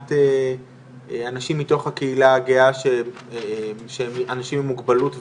מעט אנשים מתוך הקהילה הגאה שהם אנשים עם מוגבלות וההפך?